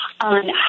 on